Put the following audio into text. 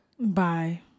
bye